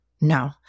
no